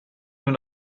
nun